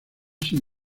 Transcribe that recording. sin